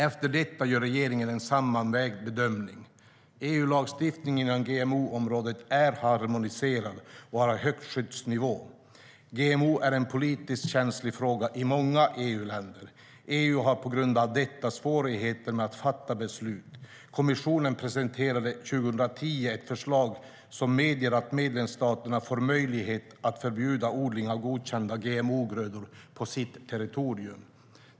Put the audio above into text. Efter detta gör regeringen en sammanvägd bedömning.EU:s lagstiftning inom GMO-området är harmoniserad och har hög skyddsnivå. GMO är en politiskt känslig fråga i många EU-länder. EU har på grund av detta svårigheter att fatta beslut. Kommissionen presenterade 2010 ett förslag som medger att medlemsstater får möjlighet att förbjuda odling av godkända GMO-grödor på sitt territorium.